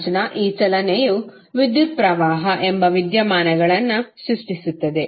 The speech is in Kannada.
ಚಾರ್ಜ್ನ ಈ ಚಲನೆಯು ವಿದ್ಯುತ್ ಪ್ರವಾಹ ಎಂಬ ವಿದ್ಯಮಾನಗಳನ್ನು ಸೃಷ್ಟಿಸುತ್ತದೆ